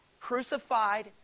crucified